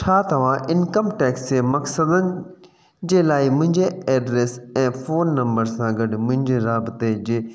छा तव्हां income tax जे मक़सदनि जे लाइ मुंहिंजे एड्रस ऐं फोन नम्बर सां गॾु मुंहिंजे राब्ते जे